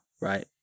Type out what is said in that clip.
right